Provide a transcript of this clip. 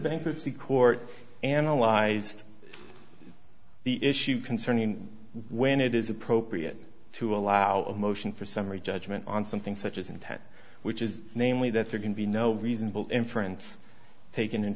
bankruptcy court analyzed the issue concerning when it is appropriate to allow a motion for summary judgment on something such as intent which is namely that there can be no reasonable inference taken in